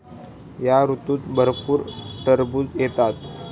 या ऋतूत भरपूर टरबूज येतात